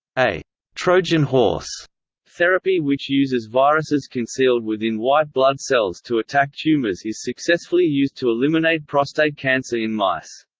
a trojan horse therapy which uses viruses concealed within white blood cells to attack tumours is successfully used to eliminate prostate cancer in mice.